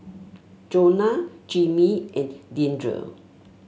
Jonah Jimmy and Deandre